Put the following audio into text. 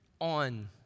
on